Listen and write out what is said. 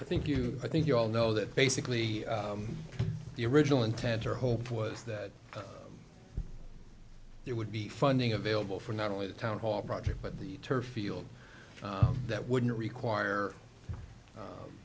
i think you i think you all know that basically the original intent or hope was that there would be funding available for not only the town hall project but the turf field that wouldn't require